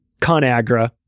ConAgra